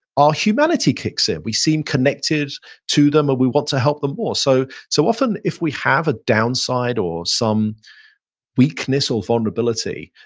our humanity kicks in. we seem connected to them and we want to help them more so so often if we have a downside or some weakness or vulnerability,